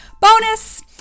bonus